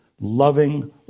loving